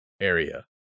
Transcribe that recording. area